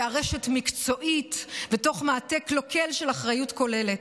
בארשת מקצועית ותוך מעטה קלוקל של אחריות כוללת,